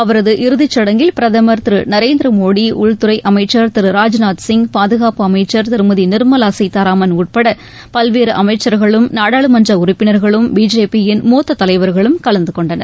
அவரது இறுதிச் சடங்கில் பிரதமர் திரு நரேந்திர மோடி உள்துறை அமைச்சர் திரு ராஜ்நாத்சிங் பாதுகாப்பு அமைச்சர் திருமதி நிர்மலா சீதாராமன் உட்பட பல்வேறு அமைச்சர்களும் நாடாளுமன்ற உறுப்பினர்களும் பிஜேபியின் மூத்த தலைவர்களும் கலந்தகொண்டனர்